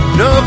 no